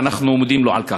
ואנחנו מודים לו על כך.